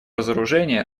разоружения